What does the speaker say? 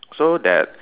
so that